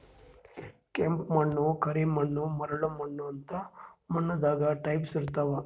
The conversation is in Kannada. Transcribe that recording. ಕೆಂಪ್ ಮಣ್ಣ್, ಕರಿ ಮಣ್ಣ್, ಮರಳ್ ಮಣ್ಣ್ ಅಂತ್ ಮಣ್ಣ್ ದಾಗ್ ಟೈಪ್ಸ್ ಇರ್ತವ್